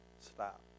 Stop